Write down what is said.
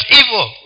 evil